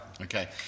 Okay